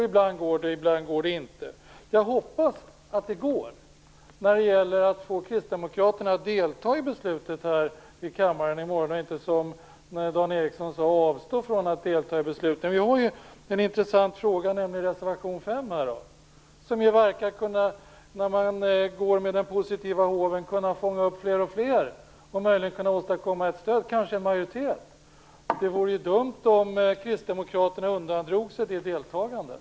Ibland går det, och ibland går det inte. Jag hoppas att det går att få Kristdemokraterna att delta i beslutet här i kammaren i morgon och inte, som Dan Ericsson talade om, avstå från att delta i besluten. En intressant fråga gäller reservation 5. När man går med den positiva håven verkar det som att man kan fånga upp fler och fler och möjligen kunna åstadkomma ett stöd och kanske en majoritet. Det vore ju dumt om Kristdemokraterna undandrog sig det deltagandet.